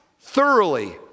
thoroughly